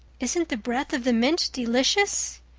isn't the breath of the mint delicious?